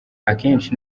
akenshi